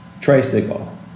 Tricycle